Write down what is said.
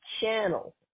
channel